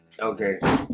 Okay